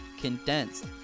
condensed